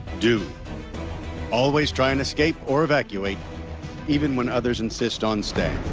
do always try and escape or evacuate even when others assist on staying.